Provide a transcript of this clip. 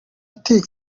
uti